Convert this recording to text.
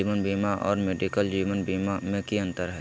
जीवन बीमा और मेडिकल जीवन बीमा में की अंतर है?